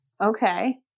Okay